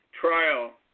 trial